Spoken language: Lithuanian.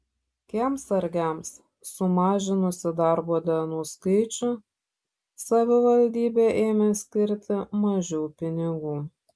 kiemsargiams sumažinusi darbo dienų skaičių savivaldybė ėmė skirti mažiau pinigų